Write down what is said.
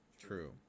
true